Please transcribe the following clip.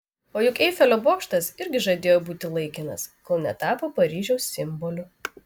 o juk eifelio bokštas irgi žadėjo būti laikinas kol netapo paryžiaus simboliu